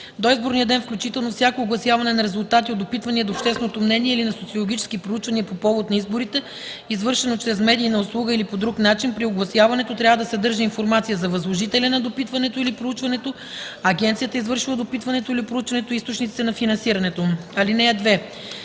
до изборния ден включително, всяко огласяване на резултати от допитвания до общественото мнение или на социологически проучвания по повод на изборите, извършено чрез медийна услуга или по друг начин, при огласяването трябва да съдържа информация за възложителя на допитването или проучването, агенцията, извършила допитването или проучването, и източниците на финансирането му.